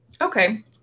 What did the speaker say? Okay